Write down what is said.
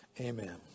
amen